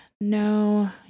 No